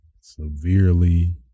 severely